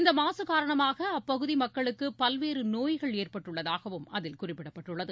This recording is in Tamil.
இந்த மாசு காரணமாக அப்பகுதி மக்களுக்கு பல்வேறு நோய்கள் ஏற்பட்டுள்ளதாகவும் அதில் குறிப்பிடப்பட்டுள்ளது